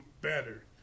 better